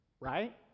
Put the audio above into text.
right